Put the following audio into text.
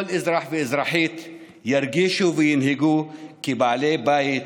כל אזרח ואזרחית ירגישו וינהגו כבעלי הבית,